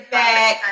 back